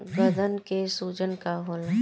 गदन के सूजन का होला?